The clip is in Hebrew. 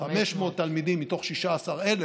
500 תלמידים מתוך 16,000,